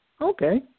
Okay